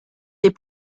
des